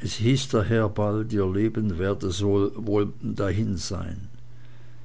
es hieß daher bald ihr leben werde wohl dahin sein